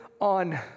On